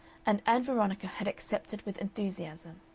and ann veronica had accepted with enthusiasm.